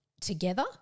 together